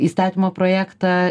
įstatymo projektą